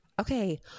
okay